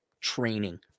training